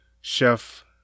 chef